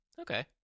Okay